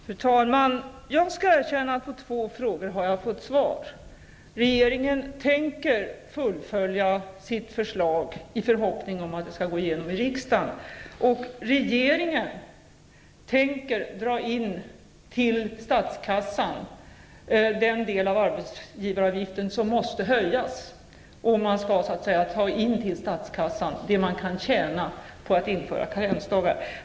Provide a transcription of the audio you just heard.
Fru talman! Jag skall erkänna att jag på två frågor har fått svar. Regeringen tänker fullfölja sitt förslag i förhoppning om att det skall gå igenom i riksdagen, och regeringen tänker dra in till statskassan den del av arbetsgivaravgiften som blir över om man inför karensdagar.